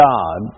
God